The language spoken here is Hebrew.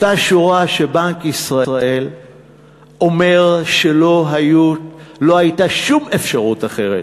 אותה שורה שבנק ישראל אומר שלא הייתה שום אפשרות אחרת